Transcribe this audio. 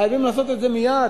חייבים לעשות מייד.